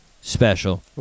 special